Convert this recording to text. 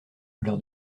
leur